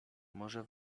może